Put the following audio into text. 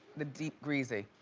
the deep greasy,